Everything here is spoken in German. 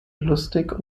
lustig